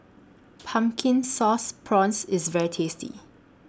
Pumpkin Sauce Prawns IS very tasty